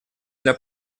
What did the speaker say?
для